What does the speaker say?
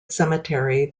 cemetery